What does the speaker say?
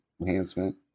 enhancement